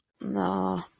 No